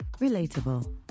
Relatable